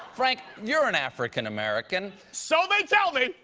frank, you're an african-american. so they tell me!